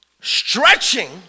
stretching